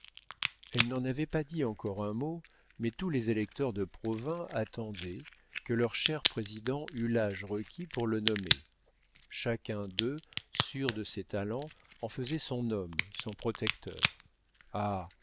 elle n'en avait pas dit encore un mot mais tous les électeurs de provins attendaient que leur cher président eût l'âge requis pour le nommer chacun d'eux sûr de ses talents en faisait son homme son protecteur ah